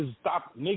stop